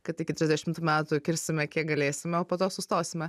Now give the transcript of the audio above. kad iki trisdešimtų metų kirsime kiek galėsime o po to sustosime